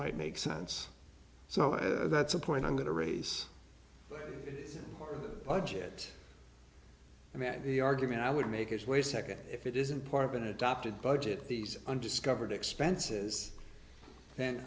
might make sense so that's a point i'm going to raise budget and that the argument i would make its way second if it isn't part of an adopted budget these undiscovered expenses